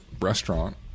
restaurant